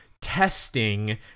testing